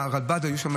גם מהרלב"ד היו שם,